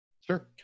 Sure